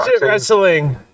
wrestling